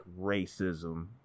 racism